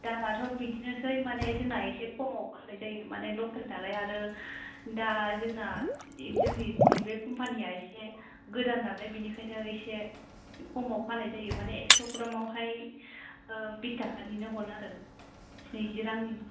दामाथ' बिदिनोसै माने जोंना एसे खमाव फान्नाय जायो माने लकेल नालाय आरो दा जोंना जोंनि बे कम्पानिआ एसे गोदान नालाय बेनिखायनो एसे खमाव फानाय जायो माने एकस' ग्रामावहाय बिसथाखानिनो हरो आरो नैजि रांनि